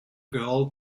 girl